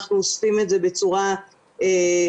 אנחנו אוספים את זה בצורה ידנית,